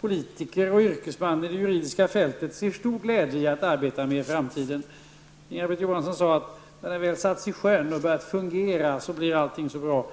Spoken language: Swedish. politiker och yrkesman på det juridiska fältet med stor glädje ser fram emot att få arbeta med i framtiden. Inga-Britt Johansson sade att när det väl har satts i sjön och börjat fungera blir allting så bra.